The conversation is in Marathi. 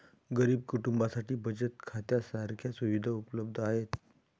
गरीब कुटुंबांसाठी बचत खात्या सारख्या सुविधा उपलब्ध आहेत